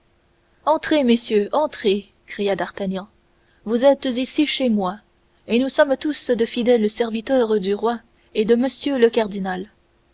entrez messieurs entrez cria d'artagnan vous êtes ici chez moi et nous sommes tous de fidèles serviteurs du roi et de m le cardinal